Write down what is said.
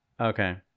Okay